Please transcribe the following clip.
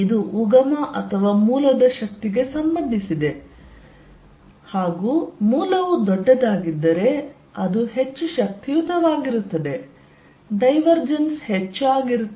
ಇದು ಉಗಮ ಅಥವಾ ಮೂಲದ ಶಕ್ತಿಗೆ ಸಂಬಂಧಿಸಿದೆ ಮತ್ತು ಮೂಲವು ದೊಡ್ಡದಾಗಿದ್ದರೆ ಅದು ಹೆಚ್ಚು ಶಕ್ತಿಯುತವಾಗಿರುತ್ತದೆ ಡೈವರ್ಜೆನ್ಸ್ ಹೆಚ್ಚು ಆಗಿರುತ್ತದೆ